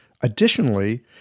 Additionally